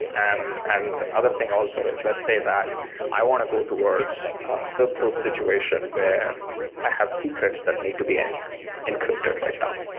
and and other thing also is let's say that i want to go towards a simple situation where i have secrets that need to be and encrypted right now.